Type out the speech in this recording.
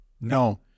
No